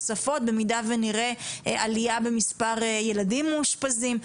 נוספות במידה ונראה עליה במספר הילדים המאושפזים.